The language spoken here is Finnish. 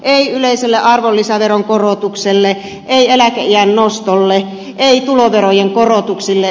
ei yleiselle arvonlisäveron korotukselle ei eläkeiän nostolle ei tuloverojen korotuksille